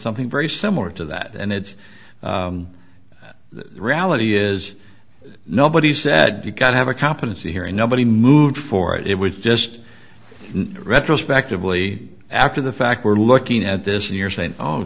something very similar to that and it's the reality is nobody said you can't have a competency hearing nobody moved for it it was just retrospectively after the fact we're looking at this and you're saying oh